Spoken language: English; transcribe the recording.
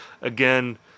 again